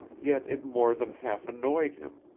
yet it more than half annoyed him.